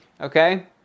Okay